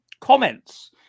comments